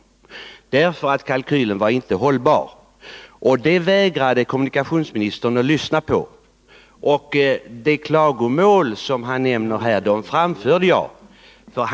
Kalkylen var alltså inte hållbar, men det vägrade kommunikationsministern att lyssna på. De klagomål som kommunikationsministern nämner framförde jag redan vid uppvaktningen.